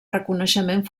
reconeixement